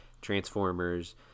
Transformers